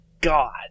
God